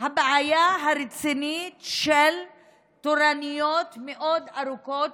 הבעיה הרצינית של תורנויות מאוד ארוכות,